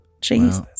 Jesus